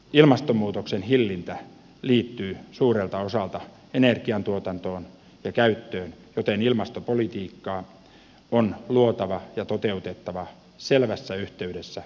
ilmastonmuutoksen hillintä liittyy suurelta osalta energian tuotantoon ja käyttöön joten ilmastopolitiikkaa on luotava ja toteutettava selvässä yhteydessä energiapolitiikkaan